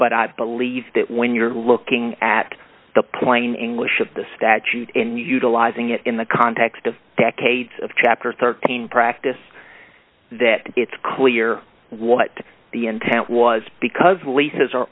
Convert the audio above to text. but i believe that when you're looking at the plain english of the statute and utilizing it in the context of decades of chapter thirteen practice that it's clear what the intent was because leases